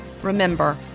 Remember